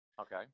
Okay